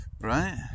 right